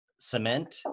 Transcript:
cement